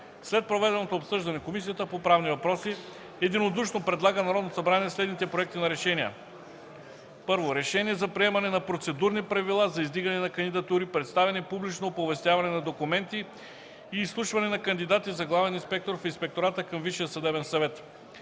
След проведеното обсъждане Комисията по правни въпроси единодушно предлага на Народното събрание следните: „Проект! РЕШЕНИЕ за приемане на Процедурни правила за издигане на кандидатури, представяне и публично оповестяване на документи и изслушване на кандидати за главен инспектор в Инспектората към Висшия съдебен съвет